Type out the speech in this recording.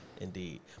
Indeed